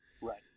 Right